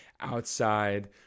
outside